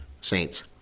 Saints